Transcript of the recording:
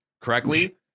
correctly